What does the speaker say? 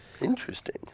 interesting